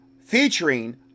Featuring